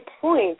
point